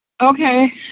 okay